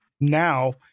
now